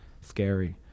Scary